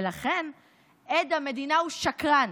ולכן עד המדינה הוא שקרן,